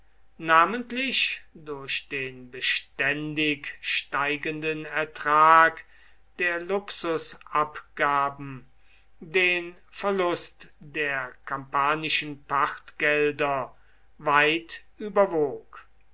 namentlich durch den beständig steigenden ertrag der luxusabgaben den verlust der kampanischen pachtgelder weit überwog